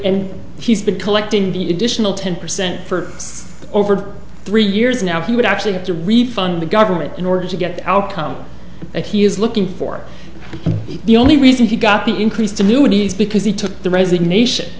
and he's been collecting the additional ten percent for over three years now he would actually have to refund the government in order to get the outcome that he is looking for the only reason he got the increase to new knees because he took the resignation